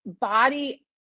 body